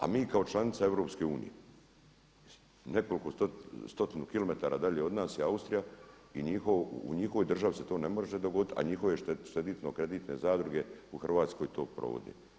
A mi kao članica EU nekoliko stotinu kilometara dalje od nas je Austrija i u njihovoj državi se to ne može dogoditi a njihove štedno-kreditne zadruge u Hrvatskoj to provode.